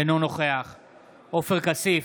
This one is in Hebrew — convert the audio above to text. אינו נוכח עופר כסיף,